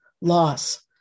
loss